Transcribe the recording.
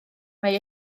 mae